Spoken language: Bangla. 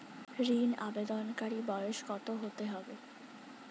ঋন আবেদনকারী বয়স কত হতে হবে?